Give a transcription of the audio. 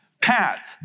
Pat